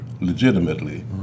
legitimately